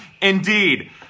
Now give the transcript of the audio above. Indeed